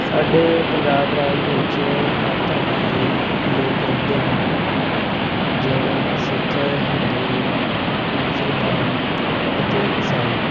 ਸਾਡੇ ਪੰਜਾਬ ਰਾਜ ਵਿੱਚ ਹਰ ਧਰਮਾਂ ਦੇ ਲੋਕ ਰਹਿੰਦੇ ਨੇ ਜਿਵੇਂ ਸਿੱਖ ਹਿੰਦੂ ਮੁਸਲਮਾਨ ਅਤੇ ਇਸਾਈ